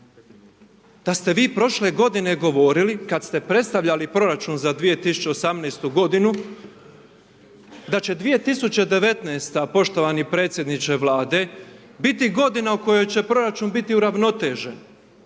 Da ste vi prošle godine govorili kada ste predstavljali proračun za 2018.-tu godinu, da će 2019.-ta poštovani predsjedniče Vlade, biti godina u kojoj će proračun biti uravnotežen